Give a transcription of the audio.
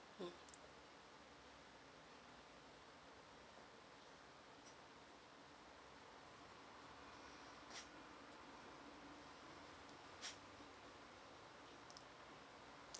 mm